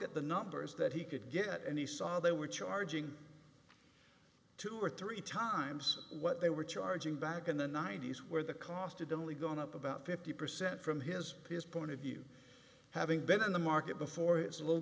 at the numbers that he could get and he saw they were charging two or three times what they were charging back in the ninety's where the cost to dili gone up about fifty percent from his peers point of view having been in the market before it's a little